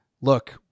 look